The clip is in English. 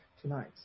tonight